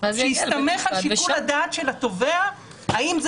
שיסתמך על שיקול הדעת של התובע האם זה